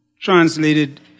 translated